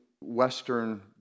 Western